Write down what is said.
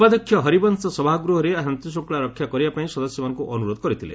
ଉପାଧ୍ୟକ୍ଷ ହରିବଂଶ ସଭାଗୃହରେ ଶାନ୍ତିଶୃଙ୍ଖଳା ରକ୍ଷା କରିବା ପାଇଁ ସଦସ୍ୟମାନଙ୍କୁ ଅନୁରୋଧ କରିଥିଲେ